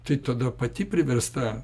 tai tada pati priversta